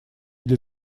для